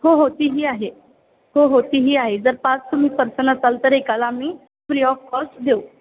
हो हो ती ही आहे हो हो तीही आहे जर पाच तुम्ही पर्सन असाल तर एकाला आम्ही फ्री ऑफ कॉस्ट देऊ